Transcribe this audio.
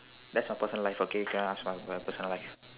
that's my personal life okay cannot ask about my personal life